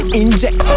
inject